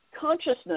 consciousness